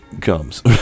comes